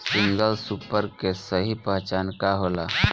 Single super के सही पहचान का होला?